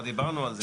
כבר דיברנו על זה.